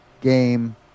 game